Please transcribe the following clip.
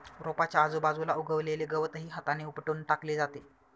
रोपाच्या आजूबाजूला उगवलेले गवतही हाताने उपटून टाकले जाते